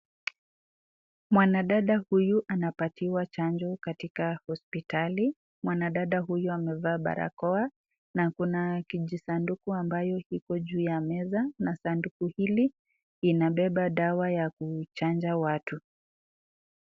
Mwanadada huyu anapatiwa chanjo katika hospitali, mwanadada huyu amevaa barakoa na Kuna kiijisanduku ambayo Iko juu ya meza na sanduku hili inapepa dawa ya kuchanja watu.